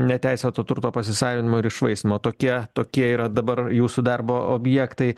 neteisėto turto pasisavinimo ir iššvaistymo tokia tokie yra dabar jūsų darbo objektai